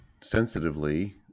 sensitively